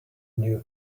knew